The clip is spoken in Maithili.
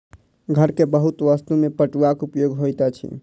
घर के बहुत वस्तु में पटुआक उपयोग होइत अछि